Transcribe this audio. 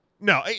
no